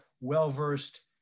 well-versed